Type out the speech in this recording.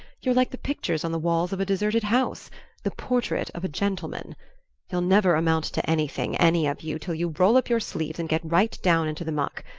you're like the pictures on the walls of a deserted house the portrait of a gentleman you'll never amount to anything, any of you, till you roll up your sleeves and get right down into the muck.